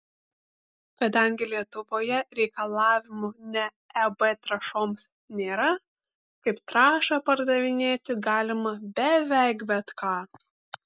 kadangi lietuvoje reikalavimų ne eb trąšoms nėra kaip trąšą pardavinėti galima beveik bet ką